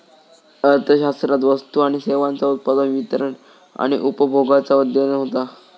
अर्थशास्त्रात वस्तू आणि सेवांचा उत्पादन, वितरण आणि उपभोगाचा अध्ययन होता